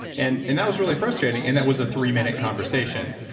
and and that was really frustrating, and that was a three minute conversation,